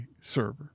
server